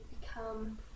become